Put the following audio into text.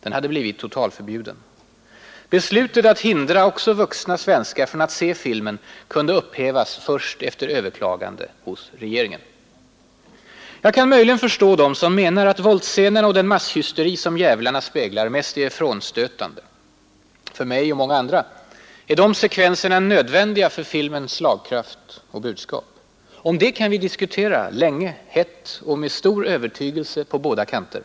Den hade blivit totalförbjuden. Beslutet att hindra också vuxna svenskar från att se filmen kunde upphävas först efter överklagande hos regeringen. Jag kan möjligen förstå dem som menar att våldsscenerna och den masshysteri som ”Djävlarna” speglar mest är frånstötande. För mig och många andra är de sekvenserna nödvändiga för filmens slagkraft och budskap. Om det kan vi diskutera — länge, hett och med stor övertygelse på båda kanter.